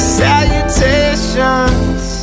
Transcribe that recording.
salutations